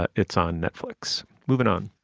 ah it's on netflix moving on